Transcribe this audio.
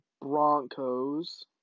Broncos